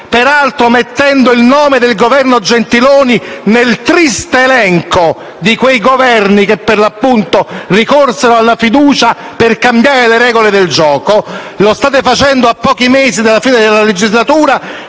peraltro mettendo il nome del Governo Gentiloni Silveri nel triste elenco di quei Governi che, per l'appunto, ricorsero alla fiducia per cambiare le regole del gioco, e lo state facendo a pochi mesi dalla fine della legislatura.